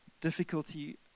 difficulty